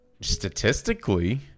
statistically